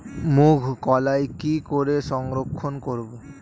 মুঘ কলাই কি করে সংরক্ষণ করব?